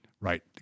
right